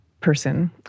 person